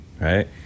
right